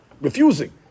refusing